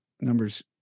numbers